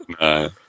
no